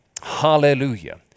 Hallelujah